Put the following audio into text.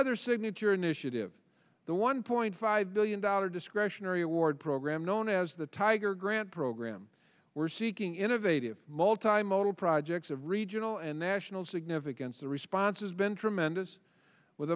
other signature initiative the one point five billion dollars discretionary award program known as the tiger grant program we're seeking innovative multi modal projects of regional and national significance the response has been tremendous with